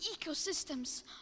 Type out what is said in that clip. ecosystems